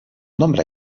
nombre